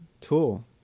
tool